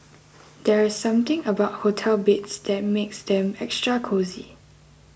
there's something about hotel beds that makes them extra cosy